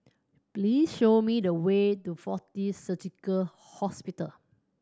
please show me the way to Fortis Surgical Hospital